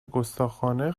گستاخانه